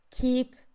Keep